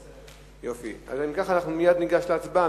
אם כך, מייד ניגש להצבעה.